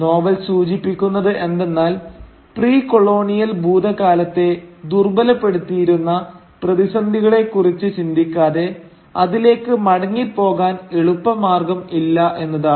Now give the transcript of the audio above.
novel സൂചിപ്പിക്കുന്നത് എന്തെന്നാൽ precolonial ഭൂതകാലത്തെ ദുർബലപ്പെടുത്തിയിരുന്ന പ്രതിസന്ധികളെക്കുറിച്ച് ചിന്തിക്കാതെ അതിലേക്ക് മടങ്ങിപ്പോകാൻ എളുപ്പമാർഗം ഇല്ല എന്നതാണ്